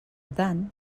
tant